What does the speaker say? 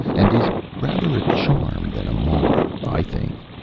and is rather a charm than a mar, i think.